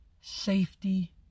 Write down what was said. safety